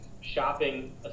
shopping